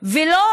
זה לא